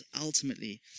ultimately